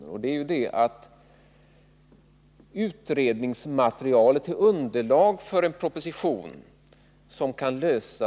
För det existerar bara delvis ett utredningsmaterial som underlag för en proposition.